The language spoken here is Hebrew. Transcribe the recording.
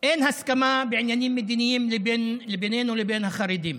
אין הסכמה בעניינים מדיניים בינינו לבין החרדים,